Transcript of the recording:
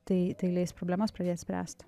tai tai leis problemas pradėt spręst